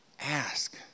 Ask